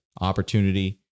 opportunity